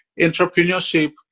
entrepreneurship